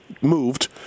moved